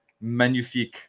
magnifique